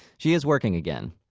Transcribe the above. she is working again.